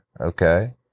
Okay